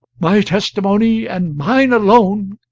my testimony, and mine alone,